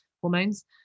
hormones